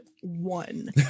one